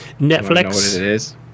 Netflix